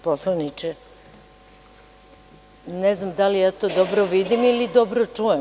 Poslaniče, ne znam da li ja to dobro vidim ili dobro čujem.